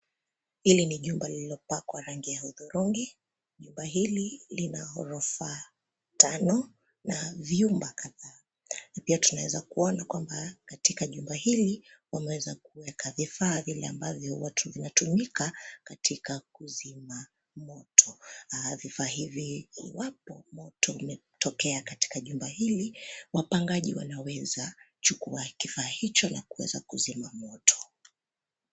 Hili ni jumba lililopakwa rangi ya hudhurungi, jumba hili lina ghorofa, tano, na vyumba kadhaa, na pia tunaweza kuona kwamba katika jumba hili, wameweza kuweka vifaa vile ambavyo huwa vinatumika, katika kuzima moto, vifaa hivi inapo, moto inapotokea katika jumba hili, wapangaji wanaweza, chukua kifaa hicho na kuweza kuzima moto.